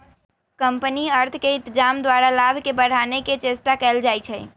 company अर्थ के इत्जाम द्वारा लाभ के बढ़ाने के चेष्टा कयल जाइ छइ